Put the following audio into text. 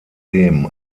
dem